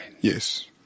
Yes